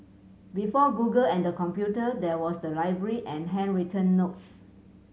before Google and the computer there was the library and handwritten notes